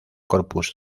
corpus